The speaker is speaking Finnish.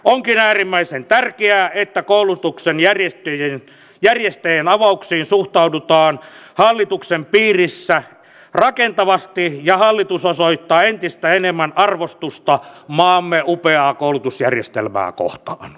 onkin äärimmäisen tärkeää että koulutuksen järjestäjien avauksiin suhtaudutaan hallituksen piirissä rakentavasti ja hallitus osoittaa entistä enemmän arvostusta maamme upeaa koulutusjärjestelmää kohtaan